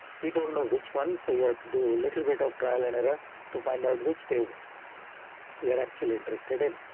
we don't know which one, so you have to little bit of trial and error to find out which table we are actually interested in.